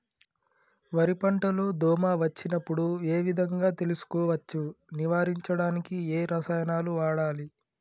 వరి పంట లో దోమ వచ్చినప్పుడు ఏ విధంగా తెలుసుకోవచ్చు? నివారించడానికి ఏ రసాయనాలు వాడాలి?